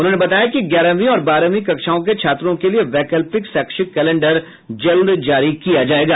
उन्होंने बताया कि ग्यारहवीं और बारहवीं कक्षाओं के छात्रों के लिए वैकल्पित शैक्षिक कैलेंडर जल्द जारी किया जाएगा